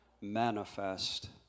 manifest